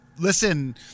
Listen